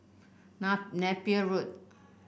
Na Napier Road